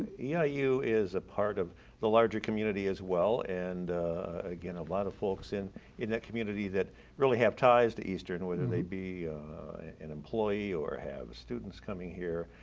yeah is a part of the larger community as well, and again, a lot of folks in in that community that really have ties to eastern, whether they be an employee, or have students coming here.